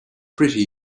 pretty